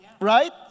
Right